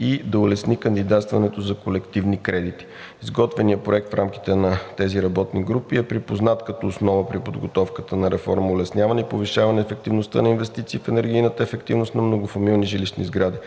и да улесни кандидатстването за колективни кредити. Изготвеният проект в рамките на тези работни групи е припознат като основа при подготовката на реформа – улесняване и повишаване ефективността на инвестиции в енергийната ефективност на многофамилни жилищни сгради.